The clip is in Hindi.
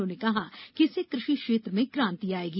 उन्होंने कहा कि इससे कृषि क्षेत्र में क्रांति आएगी